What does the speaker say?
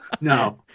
No